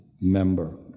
member